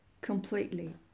completely